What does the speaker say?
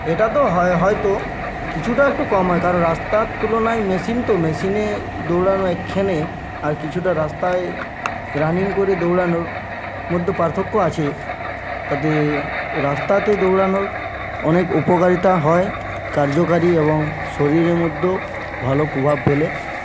এটা তো হয় হয়তো কিছুটা একটু কম হয় কারণ রাস্তার তুলনায় মেশিন তো মেশিনে দৌড়ানো একখেনে আর কিছুটা রাস্তায় রানিং করে দৌড়ানোর মধ্যে পার্থক্য আছে তাতে রাস্তাতে দৌড়ানোর অনেক উপকারিতা হয় কার্যকারী এবং শরীরের মধ্যেও ভালো প্রভাব ফেলে